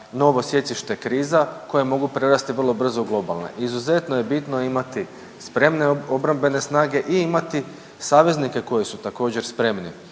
novo sjecište kriza koje mogu prerasti vrlo brzo u globalne. Izuzetno je bitno imati spremne obrambene snage i imati saveznike koji su također, spremni,